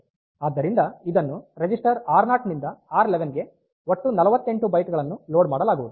ಆದ್ದರಿಂದ ಇದನ್ನು ರಿಜಿಸ್ಟರ್ ಆರ್0 ನಿಂದ R11 ಗೆ ಒಟ್ಟು 48 ಬೈಟ್ ಗಳನ್ನುಲೋಡ್ ಮಾಡಲಾಗುವುದು